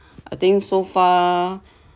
I think so far